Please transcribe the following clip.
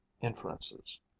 inferences